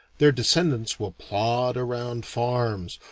their descendants will plod around farms,